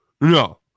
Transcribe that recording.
No